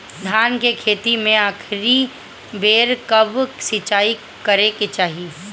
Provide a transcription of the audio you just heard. धान के खेती मे आखिरी बेर कब सिचाई करे के चाही?